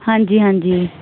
ਹਾਂਜੀ ਹਾਂਜੀ